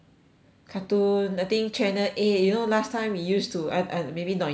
cartoon I think channel eight you know last time used to I I maybe not you but me